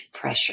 pressure